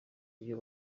ibyo